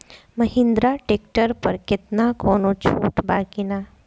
Mahindra tractor पर केतना कौनो छूट बा कि ना?